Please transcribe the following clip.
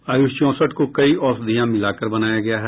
आयुष चौंसठ को कई औषधियां मिलाकर बनाया गया है